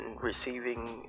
receiving